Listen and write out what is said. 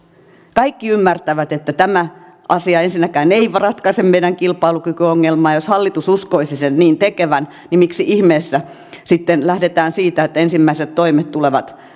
kaikki ymmärtävät että tämä asia ensinnäkään ei ratkaise meidän kilpailukykyongelmaa jos hallitus uskoisi sen niin tekevän miksi ihmeessä sitten lähdetään siitä että ensimmäiset toimet tulevat